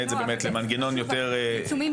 את זה באמת למנגנון יותר --- עיצומים כספיים,